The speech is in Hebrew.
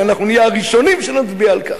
אנחנו נהיה הראשונים שנצביע על כך.